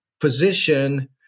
position